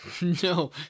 No